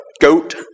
goat